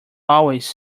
always